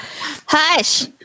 Hush